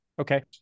Okay